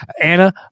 Anna